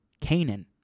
Canaan